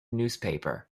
newspaper